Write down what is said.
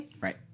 right